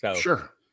Sure